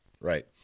right